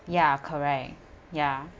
ya correct ya